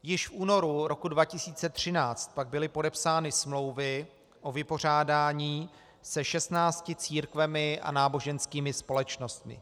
Již v únoru roku 2013 pak byly podepsány smlouvy o vypořádání se 16 církvemi a náboženskými společnostmi.